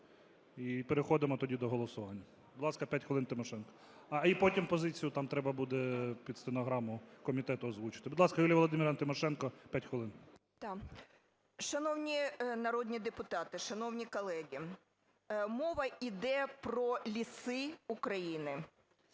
І переходимо тоді до голосування. Будь ласка, 5 хвилин, Тимошенко. А, і потім позицію там треба буде під стенограму комітету озвучити. Будь ласка, Юлія Володимирівна Тимошенко, 5 хвилин. 14:28:07 ТИМОШЕНКО Ю.В. Шановні народні депутати, шановні колеги, мова йде про ліси України.